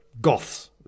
goths